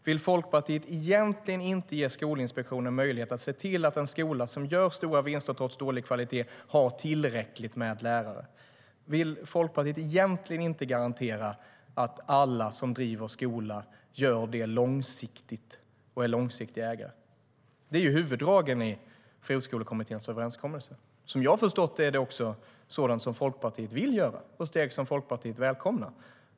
Vill Folkpartiet egentligen inte ge Skolinspektionen möjlighet att se till att en skola som gör stora vinster trots dålig kvalitet har tillräckligt med lärare? Vill Folkpartiet egentligen inte garantera att alla som driver en skola gör det långsiktigt och är långsiktiga ägare? Det är ju huvuddragen i Friskolekommitténs överenskommelse. Som jag har förstått det är det också sådant som Folkpartiet vill och steg som Folkpartiet välkomnar.